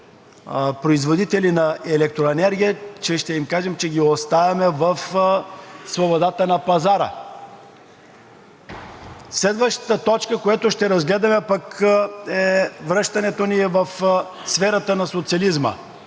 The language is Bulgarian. производители на електроенергия и да им кажем, че ще ги оставяме в свободата на пазара. Следващата точка, която ще разгледаме, е връщането ни в сферата на социализма,